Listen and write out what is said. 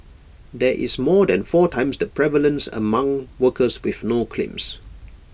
there is more than four times the prevalence among workers with no claims